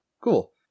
Cool